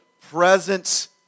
presence